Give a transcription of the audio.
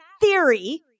theory